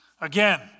Again